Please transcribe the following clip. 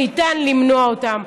שניתן למנוע אותן.